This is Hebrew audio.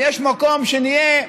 ויש מקום שנהיה,